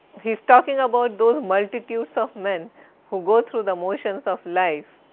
he is talking of ah of those multitudes of men who go through the motions of life,